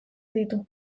ditu